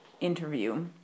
interview